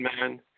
man